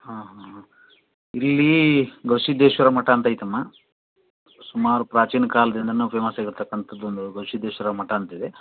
ಹಾಂ ಹಾಂ ಇಲ್ಲಿ ಗವಿ ಸಿದ್ದೇಶ್ವರ ಮಠ ಅಂತ ಐತಮ್ಮ ಸುಮಾರು ಪ್ರಾಚೀನ ಕಾಲದಿಂದನು ಫೇಮಸ್ ಆಗಿರ್ತಕ್ಕಂಥದ್ದು ಒಂದು ಗವಿ ಸಿದ್ದೇಶ್ವರ ಮಠ ಅಂತಿದೆ